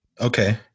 Okay